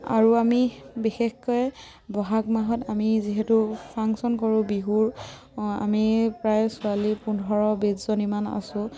আৰু আমি বিশেষকৈ বহাগ মাহত আমি যিহেতু ফাংচন কৰোঁ বিহুৰ আমি প্ৰায় ছোৱালী পোন্ধৰ বিছজনীমান আছোঁ